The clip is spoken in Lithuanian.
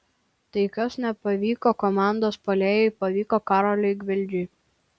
tai kas nepavyko komandos puolėjui pavyko karoliui gvildžiui